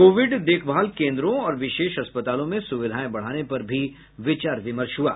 Covid देखभाल केन्द्रों और विशेष अस्पतालों में सुविधाएं बढ़ाने पर भी विचार विमर्श हुआ